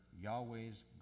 Yahweh's